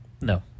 No